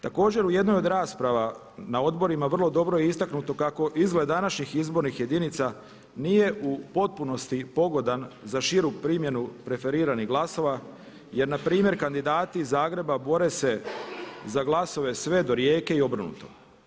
Također u jednoj od rasprava na odborima vrlo dobro je istaknuto kako izgled današnjih izbornih jedinica nije u potpunosti pogodan za širu primjenu preferiranih glasova, jer na primjer kandidati iz Zagreba bore se za glasove sve do Rijeke i obrnuto.